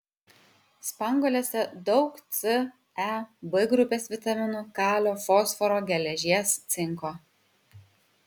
spanguolėse daug c e b grupės vitaminų kalio fosforo geležies cinko